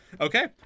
Okay